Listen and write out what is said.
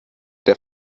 der